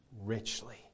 richly